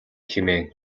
хэмээн